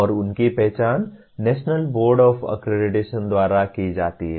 और उनकी पहचान नेशनल बोर्ड ऑफ अक्रेडिटेशन द्वारा की जाती है